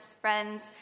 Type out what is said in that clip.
friends